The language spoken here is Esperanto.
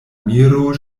miro